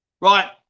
Right